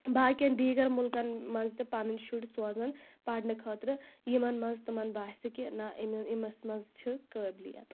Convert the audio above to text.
باقِیَن دیٖگر مُلکَن منٛز تہٕ پَنٕنۍ شُرۍ سوزان پرنہٕ خٲطرٕ یِمَن منٛز تِمَن باسہِ کہِ نہٕ یِمَن أمِس منٛز چھِ قٲبِلِیت